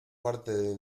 parte